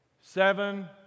Seven